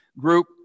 group